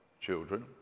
children